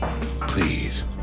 please